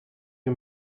wir